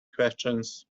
questions